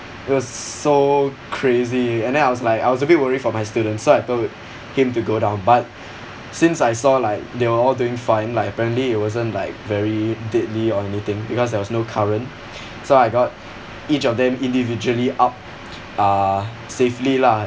it was so crazy and then I was like I was a bit worried for my students so I told h~ him to go down but since I saw like they were all doing fine like apparently it wasn't like very deadly or anything because there was no current so I got each of them individually up uh safely lah